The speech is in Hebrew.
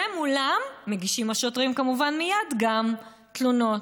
ומולם מגישים השוטרים כמובן מייד גם תלונות.